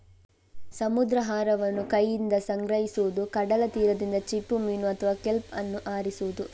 ಸಮುದ್ರಾಹಾರವನ್ನು ಕೈಯಿಂದ ಸಂಗ್ರಹಿಸುವುದು, ಕಡಲ ತೀರದಿಂದ ಚಿಪ್ಪುಮೀನು ಅಥವಾ ಕೆಲ್ಪ್ ಅನ್ನು ಆರಿಸುವುದು